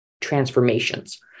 transformations